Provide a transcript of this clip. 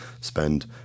spend